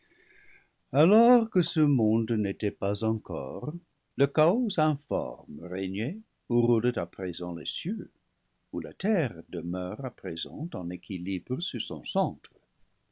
alors que ce monde n'était pas encore le chaos informe régnait où roulent à présent les cieux où la terre demeure à présent en équilibre sur son centre